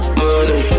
money